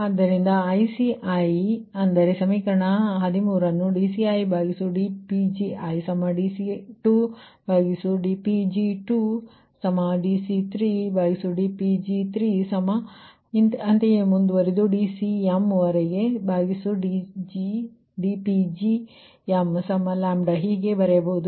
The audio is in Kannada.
ಅದ್ದುದರಿಂದ ICi ಅಂದರೆ ಸಮೀಕರಣ 13ನ್ನು dC1dPg1dC2dPg2dC3dPg3dCmdPgmλ ಹೀಗೆ ಬರೆಯಬಹುದು